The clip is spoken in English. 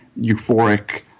euphoric